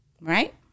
right